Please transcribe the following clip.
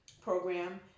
program